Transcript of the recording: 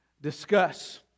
discuss